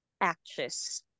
actress